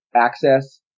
access